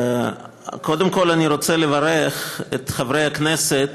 קודם כול, אני רוצה לברך את חברי הכנסת